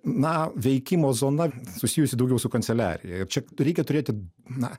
na veikimo zona susijusi daugiau su kanceliarija ir čia reikia turėti na